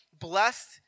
Blessed